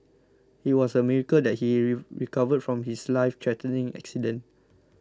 it was a miracle that he recovered from his lifethreatening accident